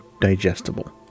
digestible